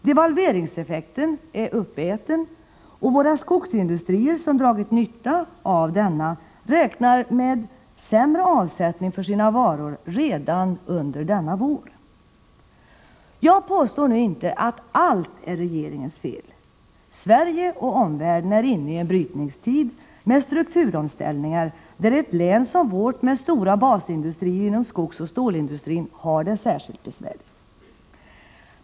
Devalveringseffekten är uppäten och våra skogsindustrier, som dragit nytta av denna, räknar med sämre avsättning för sina varor redan denna vår. Jag påstår inte att allt är regeringens fel. Sverige och omvärlden är inne i en brytningstid med strukturomställningar, där ett län som vårt med stora basindustrier inom skogsoch stålindustrin har det särskilt besvärligt.